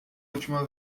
última